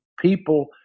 People